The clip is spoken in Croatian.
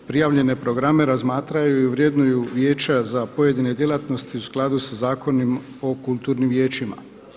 Prijavljene programe razmatraju i vrednuju Vijeća za pojedine djelatnosti u skladu sa Zakonom o kulturnim vijećima.